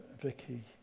Vicky